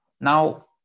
Now